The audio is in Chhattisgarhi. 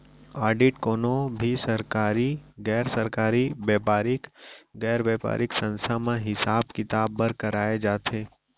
आडिट कोनो भी सरकारी, गैर सरकारी, बेपारिक, गैर बेपारिक संस्था म हिसाब किताब बर कराए जाथे